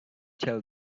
tell